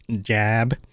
jab